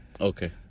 Okay